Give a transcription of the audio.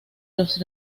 los